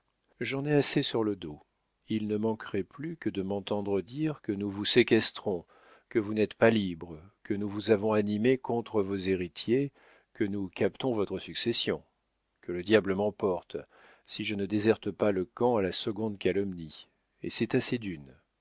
j'en ai assez sur le dos il ne manquerait plus que de m'entendre dire que nous vous séquestrons que vous n'êtes pas libre que nous vous avons animé contre vos héritiers que nous captons votre succession que le diable m'emporte si je ne déserte pas le camp à la seconde calomnie et c'est assez d'une